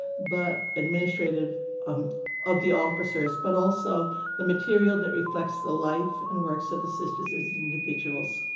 but administrative um of the officers, but also the material that reflects the life and works of the sisters as individuals.